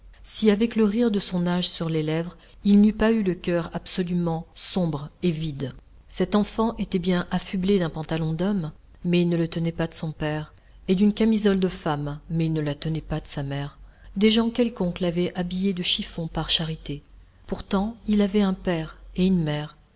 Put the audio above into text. si avec le rire de son âge sur les lèvres il n'eût pas eu le coeur absolument sombre et vide cet enfant était bien affublé d'un pantalon d'homme mais il ne le tenait pas de son père et d'une camisole de femme mais il ne la tenait pas de sa mère des gens quelconques l'avaient habillé de chiffons par charité pourtant il avait un père et une mère